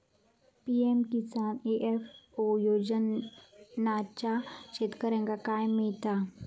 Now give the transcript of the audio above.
PM Kisan FPO योजनाच्यात शेतकऱ्यांका काय मिळता?